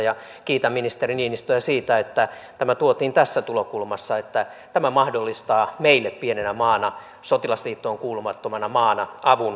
ja kiitän ministeri niinistöä siitä että tämä tuotiin tässä tulokulmassa että tämä mahdollistaa meille pienenä maana sotilasliittoon kuulumattomana maana avunsaannin